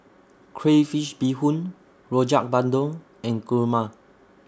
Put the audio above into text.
Crayfish Beehoon Rojak Bandung and Kurma